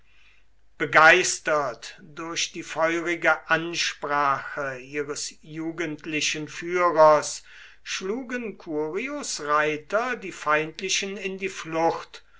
begeistert durch die feurige ansprache ihres jugendlichen führers schlugen curios reiter die feindlichen in die flucht